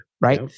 right